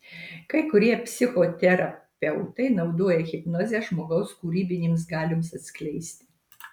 kai kurie psichoterapeutai naudoja hipnozę žmogaus kūrybinėms galioms atskleisti